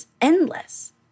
endless